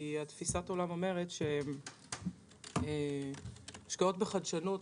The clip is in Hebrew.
תפיסת העולם אומרת שהשקעות בחדשנות,